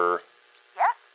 Yes